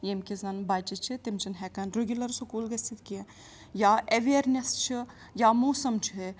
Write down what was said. ییٚمہِ کہِ زَن بَچہِ چھِ تِم چھِنہٕ ہٮ۪کان رُگوٗلَر سکوٗل گٔژھِتھ کینٛہہ یا ایٚویرنٮ۪س چھِ یا موسم چھُ ہے